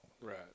Right